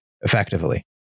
effectively